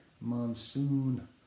Monsoon